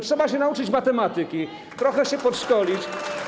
Trzeba się nauczyć matematyki, trochę się podszkolić.